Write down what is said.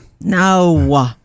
no